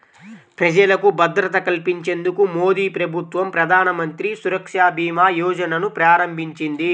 ప్రజలకు భద్రత కల్పించేందుకు మోదీప్రభుత్వం ప్రధానమంత్రి సురక్షభీమాయోజనను ప్రారంభించింది